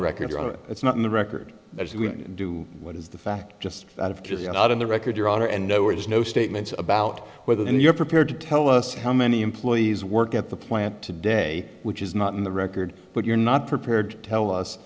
the record it's not in the record as we do what is the fact just out of just not in the record your honor and no words no statements about whether and you're prepared to tell us how many employees work at the plant today which is not in the record but you're not prepared to tell us